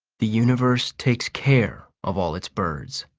the universe takes care of all its birds.